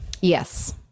Yes